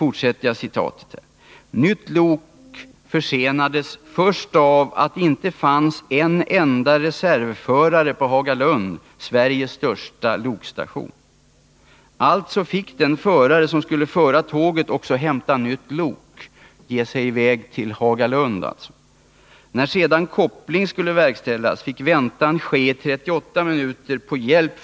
”Insättandet av nytt lok försenades först av att det inte fanns en enda reservförare på Hagalund, Sveriges största lokstation. Alltså fick den förare som skulle föra tåget först hämta nytt lok i Hagalund. När sedan koppling och provbromsning skulle ske, fick man vänta i 38 minuter på hjälp.